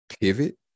pivot